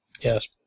Yes